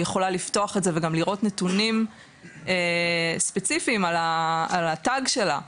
היא יכולה לפתוח את זה ולראות נתונים ספציפיים על התג שלה,